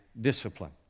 discipline